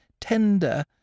tender